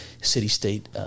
city-state